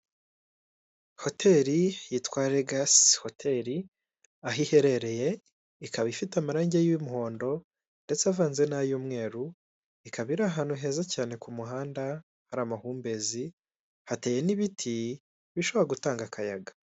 Hoteri yitwa Regasi hoteri aho iherereye ikaba ifite amarangi y'umuhondo ndetse avanze na y'umweru, ikaba iri ahantu heza cyane ku muhanda hari amahumbezi hateye n'ibiti bishobora gutanga akayaga.